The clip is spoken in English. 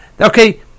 okay